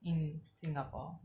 in singapore